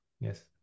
Yes